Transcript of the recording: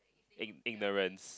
ig~ ignorance